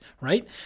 right